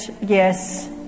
yes